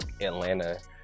Atlanta